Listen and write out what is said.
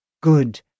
Good